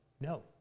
No